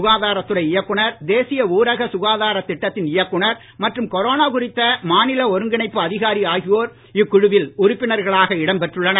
சுகாதாரத் துறை இயக்குநர் தேசிய ஊரக சுகாதாரத் திட்டத்தின் இயக்குநர் மற்றும் கொரோனா குறித்த மாநில ஒருங்கிணைப்பு அதிகாரி ஆகியோர் இக்குழுவில் உறுப்பினர்களாக இடம் பெற்றுள்ளனர்